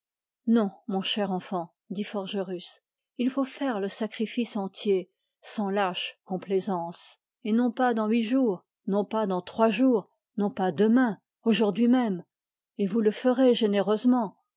non mon cher enfant dit forgerus il faut faire le sacrifice entier sans lâche complaisance et non pas dans huit jours non pas dans trois jours non pas demain aujourd'hui même et vous le ferez généreusement